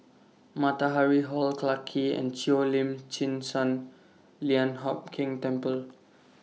Matahari Hall Clarke Quay and Cheo Lim Chin Sun Lian Hup Keng Temple